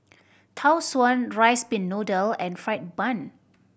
Tau Suan rice pin noodle and fried bun